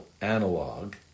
analog